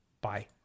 Bye